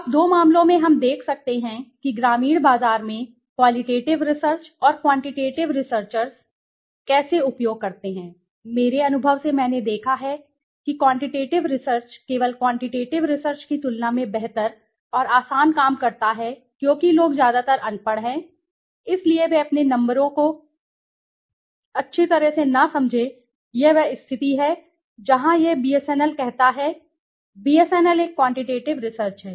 अब दो मामलों में हम देख सकते हैं कि ग्रामीण बाजार में क्वालिटेटिव रिसर्च और क्वांटिटेटिव रिसर्चर्स कैसे उपयोग करते हैं मेरे अनुभव से मैंने देखा है कि क्वांटिटेटिव रिसर्च केवल क्वांटिटेटिव रिसर्चकी तुलना में बेहतर और आसान काम करता है क्योंकि लोग ज्यादातर अनपढ़ हैं इसलिए वे अपने नंबरों को भी अच्छी तरह से न समझें यह वह स्थिति है जहां यह बीएसएनएल कहता है बीएसएनएल एक क्वांटिटेटिव रिसर्च है